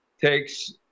takes